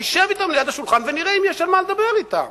תשב אתם ליד השולחן ונראה אם יש על מה לדבר אתם.